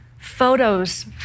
photos